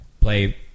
play